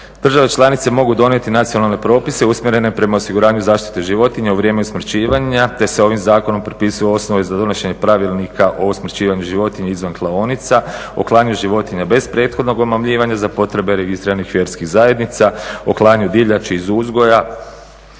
Države članice mogu donijeti nacionalne propise usmjerene prema osiguranju zaštite životinja u vrijeme usmrćivanja te se ovim zakonom propisuju osnove za donošenje Pravilnika o usmrćivanju životinja izvan klaonica, o klanju životinja bez prethodnog omamljivanja za potrebe registriranih vjerskih zajednica, o klanju divljači iz uzgoja